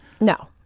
no